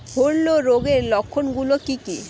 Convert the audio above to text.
হূলো রোগের লক্ষণ গুলো কি কি?